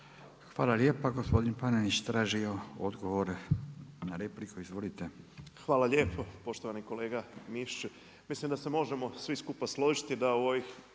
Hvala lijepa. Gospodin Panenić je tražio odgovore. Izvolite. **Panenić, Tomislav (MOST)** Hvala lijepo. Poštovani kolega Mišiću, mislim da se možemo svi skupa složiti da u ovih